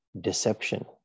deception